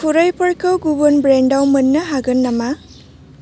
खुरैफोरखौ गुबुन ब्रेन्डाव मोननो हागोन नामा